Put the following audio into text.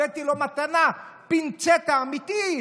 הבאתי לו במתנה פינצטה אמיתית,